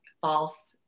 false